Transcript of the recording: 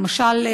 למשל,